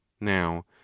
now